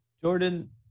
Jordan